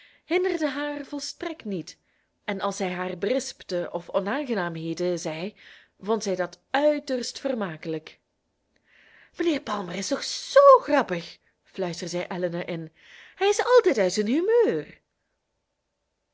hinderden haar volstrekt niet en als hij haar berispte of onaangenaamheden zei vond zij dat uiterst vermakelijk mijnheer palmer is toch z grappig fluisterde zij elinor in hij is altijd uit zijn humeur